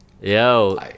Yo